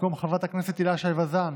במקום חבר הכנסת הילה שי וזאן